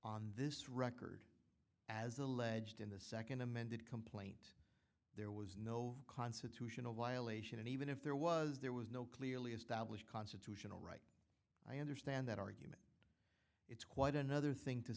on this record as alleged in the second amended complaint there was no constitutional violation and even if there was there was no clearly established constitutional i understand that argument it's quite another thing to